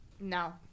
No